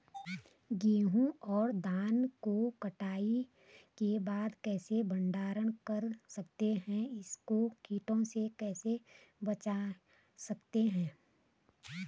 गेहूँ और धान को कटाई के बाद कैसे भंडारण कर सकते हैं इसको कीटों से कैसे बचा सकते हैं?